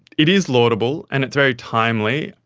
it is laudable and it's very timely,